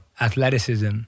athleticism